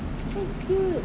oh is cute